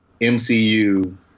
MCU